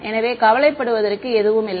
எனவே கவலைப்படுவதற்கு எதுவுமில்லை